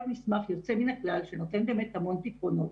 מסמך יוצא מן הכלל שנותן באמת המון פתרונות.